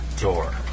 door